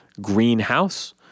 Greenhouse